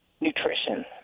nutrition